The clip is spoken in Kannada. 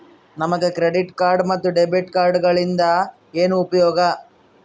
ನಮಗೆ ಕ್ರೆಡಿಟ್ ಕಾರ್ಡ್ ಮತ್ತು ಡೆಬಿಟ್ ಕಾರ್ಡುಗಳಿಂದ ಏನು ಉಪಯೋಗ?